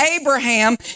Abraham